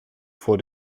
vor